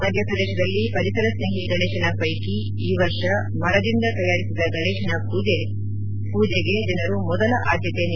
ಮಧ್ಯಪ್ರದೇಶದಲ್ಲಿ ಪರಿಸರ ಸ್ನೇಹಿ ಗಣೇಶನ ಪೈಕಿ ಈ ವರ್ಷ ಮರದಿಂದ ತಯಾರಿಸಿದ ಗಣೇಶನ ಪೂಜೆ ಜನರು ಮೊದಲ ಆದ್ಯತೆ ನೀಡಿದ್ದಾರೆ